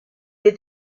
est